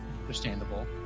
understandable